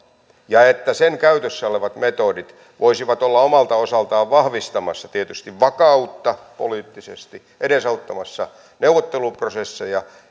ja että sen käytössä olevat metodit voisivat olla omalta osaltaan vahvistamassa tietysti vakautta poliittisesti edesauttamassa neuvotteluprosesseja